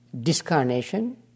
discarnation